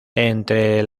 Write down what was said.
entre